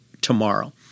tomorrow